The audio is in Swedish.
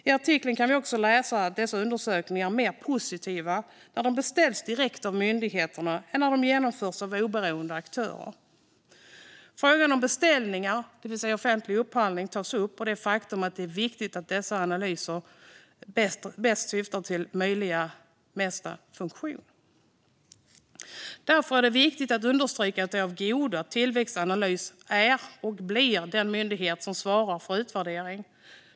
I artikeln kan vi också läsa att dessa undersökningar är mer positiva när de beställts direkt av myndigheterna än när de genomförts av oberoende aktörer. Frågan om beställningar, det vill säga offentliga upphandlingar, tas upp. Man framhåller det faktum att det är viktigt att dessa syftar till bästa möjliga funktion. Därför är det viktigt att understryka att det är av godo att Tillväxtanalys är och blir den myndighet som svarar för utvärdering.